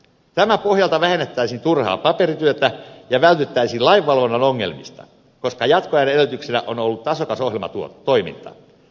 tämän pohjalta vähennettäisiin turhaa paperityötä ja vältyttäisiin lain valvonnan ongelmilta koska jatkoajan edellytyksenä on ollut tasokas ohjelmatoiminta